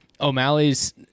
o'malley's